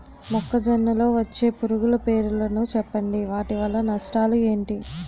మొక్కజొన్న లో వచ్చే పురుగుల పేర్లను చెప్పండి? వాటి వల్ల నష్టాలు ఎంటి?